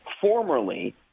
formerly